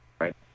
right